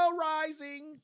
Rising